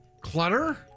clutter